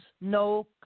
no